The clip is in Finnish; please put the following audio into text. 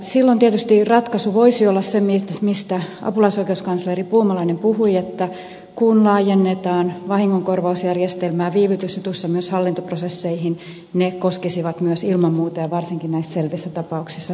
silloin tietysti ratkaisu voisi olla se mistä apulaisoikeuskansleri puumalainen puhui että kun laajennetaan vahingonkorvausjärjestelmää viivytysjutuissa myös hallintoprosesseihin ne koskisivat myös ilman muuta ja varsinkin näissä selvissä tapauksissa somlaa